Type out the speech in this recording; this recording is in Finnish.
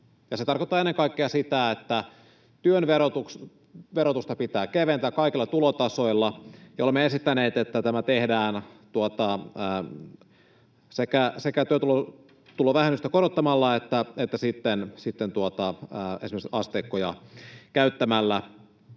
Se tarkoittaa ennen kaikkea sitä, että työn verotusta pitää keventää kaikilla tulotasoilla, ja olemme esittäneet, että tämä tehdään sekä työtulovähennystä korottamalla että sitten esimerkiksi asteikkoja käyttämällä